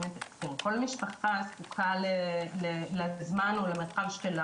כל משפחה זקוקה לזמן או למרחב שלה.